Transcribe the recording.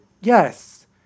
yes